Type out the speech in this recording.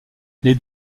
les